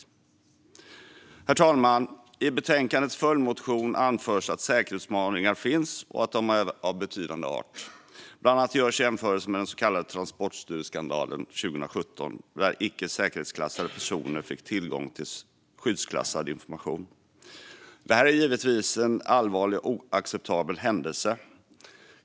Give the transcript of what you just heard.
Sekretessgenombrott vid utlämnande för teknisk bearbetning eller teknisk lagring av uppgifter Herr talman! I betänkandets följdmotion anförs att säkerhetsutmaningar finns och att de är av betydande art. Bland annat görs jämförelser med den så kallade Transportstyrelseskandalen 2017, där icke säkerhetsklassade personer fick tillgång till skyddsklassad information. Detta är givetvis en allvarlig och oacceptabel händelse.